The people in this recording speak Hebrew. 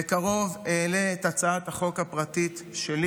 בקרוב אעלה את הצעת החוק הפרטית שלי